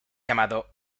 llamado